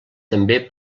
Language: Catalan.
també